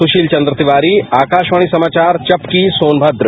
सुशील चंद्र तिवारी आकाशवाणी समाचार चपकी सोनभद्र